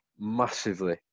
massively